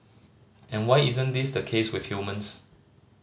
and why isn't this the case with humans